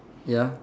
ya